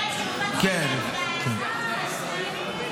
אם היה עכשיו חוסך בחברת ביטוח --- גם אם הוא מרוויח 100,000,